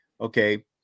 okay